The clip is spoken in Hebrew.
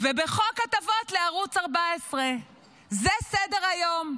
וחוק הטבות לערוץ 14. זה סדר-היום.